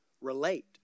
relate